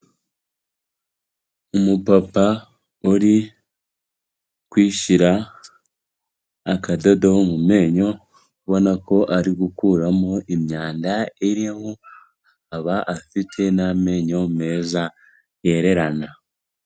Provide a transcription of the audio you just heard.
Umupapa uri kwishira akadodo mu menyo, ubona ko ari gukuramo imyanda irimo, akaba afite n'amenyo meza yererana.